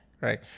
Right